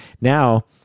Now